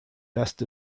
best